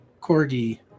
Corgi